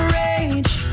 rage